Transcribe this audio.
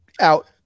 out